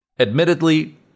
Admittedly